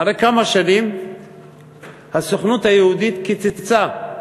אחרי כמה שנים הסוכנות היהודית קיצצה,